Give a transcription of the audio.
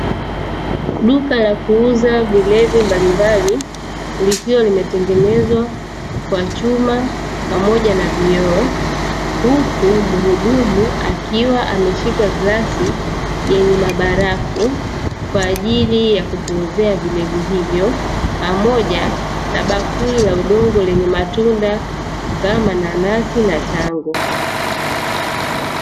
Duka la kuuza vilevi mbalimbali likiwa limetengenezwa kwa chuma pamoja na vioo, huku muhudumu akiwa ameshika glasi yenye mabarafu kwa ajili ya kupoozea vilevi hivyo pamoja na bakuli la udongo lenye matunda kama nanasi na tango.